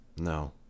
no